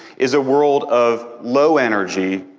is a world of low energy,